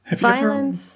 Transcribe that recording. violence